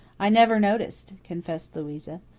i never noticed, confessed louisa.